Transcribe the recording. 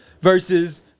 Versus